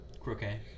croquet